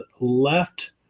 left